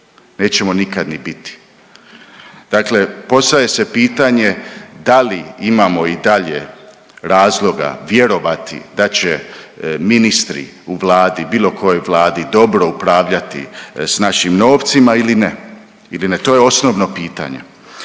nećemo nikad ni biti. Dakle, postavlja se pitanje da li imamo i dalje razloga vjerovati da će ministri u vladi, bilo kojoj vladi dobro upravljati s našim novcima ili ne? To je osnovno pitanje.